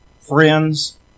friends